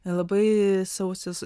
nelabai sausis